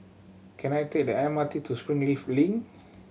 can I take the M R T to Springleaf Link